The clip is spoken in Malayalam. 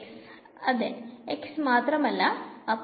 x മാത്രം അല്ലെ